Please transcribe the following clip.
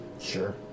Sure